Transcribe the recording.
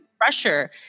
pressure